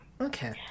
okay